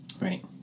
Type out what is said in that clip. Right